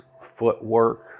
footwork